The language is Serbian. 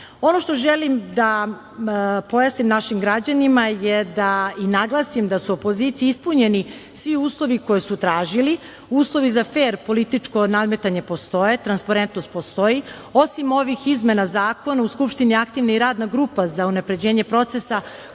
Ono što želim da pojasnim našim građanima je da i naglasim da su opoziciji ispunjeni svi uslovi koje su tražili, uslovi za fer političko nadmetanje postoje, transparentnost postoji, osim ovih izmena zakona u skupštini je aktivna radna grupa za unapređenje procesa,